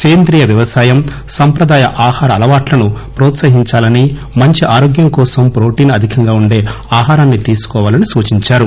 సేంద్రీయ వ్యవసాయం సంప్రదాయ ఆహార అలవాట్లను హ్రోత్సహించాలని మంచి ఆరోగ్యం కోసం ప్రొటీన్ అధికంగా ఉండే ఆహారం తీసుకోవాలని సూచించారు